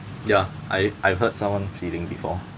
ya I I hurt someone feeling before